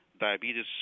diabetes